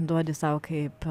duodi sau kaip